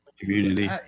Community